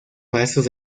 maestros